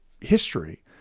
history